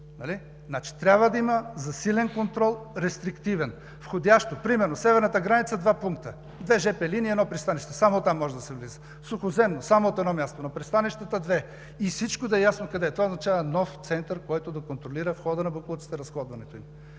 трябва да има засилен контрол, рестриктивен. Входящо: примерно северната граница – два пункта, две жп линии и едно пристанище, само оттам може да се влиза. Сухоземно – само от едно място. На пристанищата – две, и всичко да е ясно къде е. Това означава нов център, който да контролира входа на боклуците и разходването им.